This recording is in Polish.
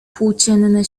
płócienne